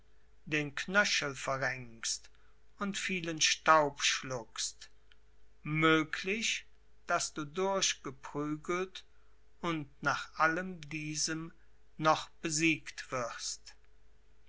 den knöchel verrenkst und vielen staub schluckst möglich daß du durchgeprügelt und nach allem diesem noch besiegt wirst